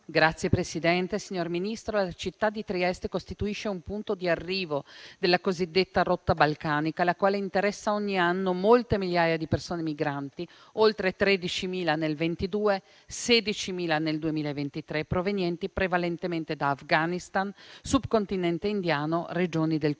*(PD-IDP)*. Signor Ministro, la città di Trieste costituisce un punto di arrivo della cosiddetta rotta balcanica, la quale interessa, ogni anno, molte migliaia di persone migranti: oltre 13.000 nel 2022 e 16.000 nel 2023, provenienti prevalentemente da Afghanistan, Subcontinente indiano, Regioni del